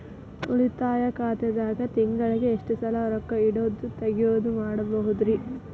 ಉಳಿತಾಯ ಖಾತೆದಾಗ ತಿಂಗಳಿಗೆ ಎಷ್ಟ ಸಲ ರೊಕ್ಕ ಇಡೋದು, ತಗ್ಯೊದು ಮಾಡಬಹುದ್ರಿ?